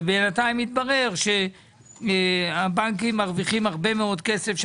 ובינתיים מתברר שהבנקים מרוויחים הרבה מאוד כסף.